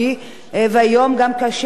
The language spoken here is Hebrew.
אחרי שחרורם מהצבא,